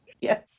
Yes